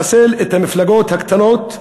לחסל את המפלגות הקטנות?